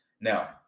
Now